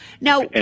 Now